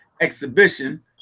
exhibition